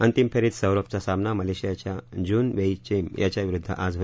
अंतिम फेरीत सौरभचा सामना मलेशियाच्या जून वेई चिम याच्याविरुद्ध आज न